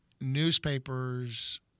Newspapers